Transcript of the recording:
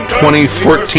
2014